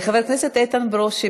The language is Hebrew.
חבר הכנסת איתן ברושי,